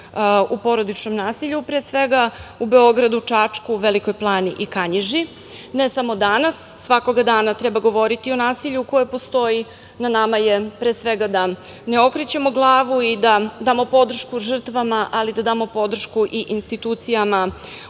u porodičnom nasilju, pre svega u Beogradu, Čačku, Velikoj Plani i Kanjiži. Ne samo danas, svakoga dana treba govoriti o nasilju koje postoji. Na nama je pre svega da ne okrećemo glavu i da damo podršku žrtvama, ali da damo podršku i institucijama u